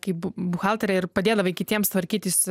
kaip bu buhalterė ir padėdavai kitiems tvarkytis